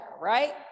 right